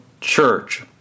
church